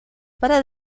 para